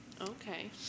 Okay